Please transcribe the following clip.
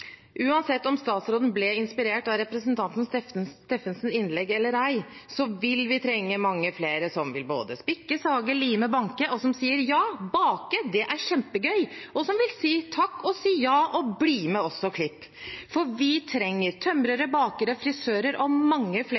Uansett om statsråden ble inspirert av representanten Steffensens innlegg eller ei, vil vi trenge mange flere som vil spikke, sage, lime, banke, og som sier «ja, bake, det er kjempegøy!», og som vil si «takk og ja, og bli med oss og klipp», for vi trenger tømrere, bakere, frisører og mange flere